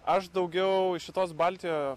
aš daugiau iš šitos baltijo